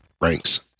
ranks